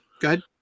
good